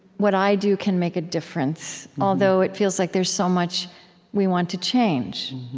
what i do, can make a difference, although it feels like there's so much we want to change.